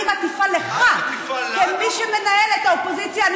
אני מטיפה לך, כמי שמנהל את האופוזיציה.